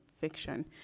fiction